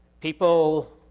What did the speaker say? People